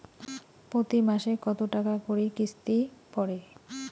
প্রতি মাসে কতো টাকা করি কিস্তি পরে?